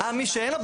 אה, מי שאין לו?